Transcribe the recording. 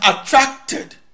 attracted